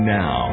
now